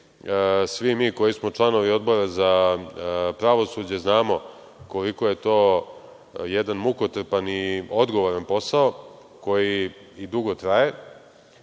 Svi mi koji smo članovi Odbora za pravosuđe znamo koliko je to jedan mukotrpan i odgovoran posao, koji i dugo traje,